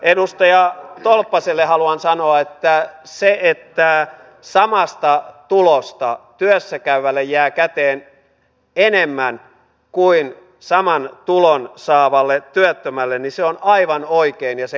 edustaja tolppaselle haluan sanoa että se että samasta tulosta työssä käyvälle jää käteen enemmän kuin saman tulon saavalle työttömälle on aivan oikein ja se kannustaa työntekoon